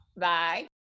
Bye